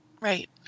Right